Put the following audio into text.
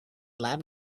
lab